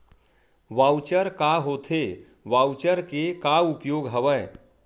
Voucher का होथे voucher के का उपयोग हवय?